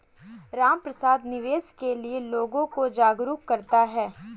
रामप्रसाद निवेश के लिए लोगों को जागरूक करता है